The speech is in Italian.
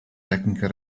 tecnica